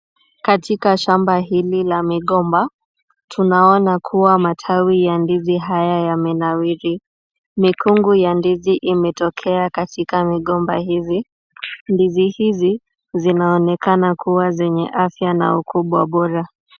Katika shamba hili la migomba tunaona kuwa matawi ya ndizi haya yamenawiri, mikungu ya ndizi imetokea katika migomba hii, ndizi hizi zinaonekana kuwa zenye afya na ukubwa bora.